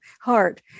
heart